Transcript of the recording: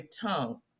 tongue